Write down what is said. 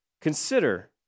Consider